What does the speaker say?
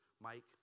Mike